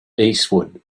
eastward